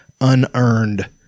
unearned